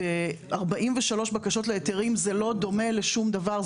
43 בקשות להיתרים זה לא דומה לשום דבר.